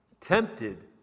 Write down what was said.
tempted